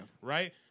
Right